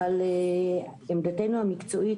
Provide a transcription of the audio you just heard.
אבל עמדתנו המקצועית,